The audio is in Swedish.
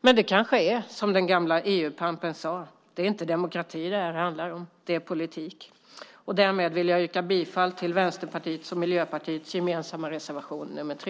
Men det kanske är som den gamle EU-pampen sade: Det är inte demokrati det här handlar om, det är politik. Därmed yrkar jag bifall till Vänsterpartiets och Miljöpartiets gemensamma reservation nr 3.